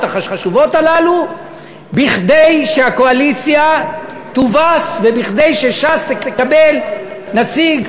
החשובות הללו כדי שהקואליציה תובס וכדי שש"ס תקבל נציג,